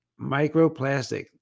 Microplastic